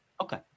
Okay